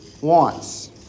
wants